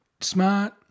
smart